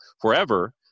forever